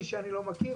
אמרתי לו: "תקשיב,